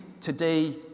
today